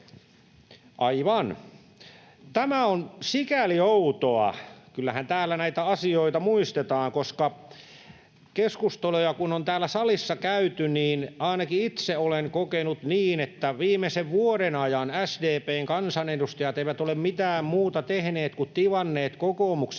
Aivan. — Tämä on sikäli outoa, kyllähän täällä näitä asioita muistetaan, koska kun on keskusteluja täällä salissa käyty, niin ainakin itse olen kokenut niin, että viimeisen vuoden ajan SDP:n kansanedustajat eivät ole tehneet mitään muuta kuin tivanneet kokoomuksen